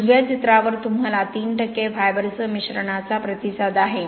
उजव्या चित्रावर तुम्हाला 3 फायबरसह मिश्रणाचा प्रतिसाद आहे